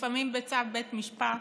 לפעמים בצו בית משפט,